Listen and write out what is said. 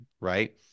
right